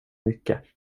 mycket